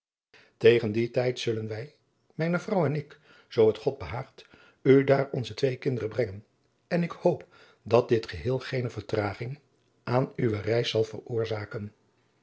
tegen dien tijd zullen wij mijne vrouw en ik zoo het god behaagt u daar onze twee kinderen brengen en ik hoop dat dit geheel geene vertraging aan uwe reis zal veroorzaken